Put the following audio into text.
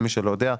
מי שלא יודע,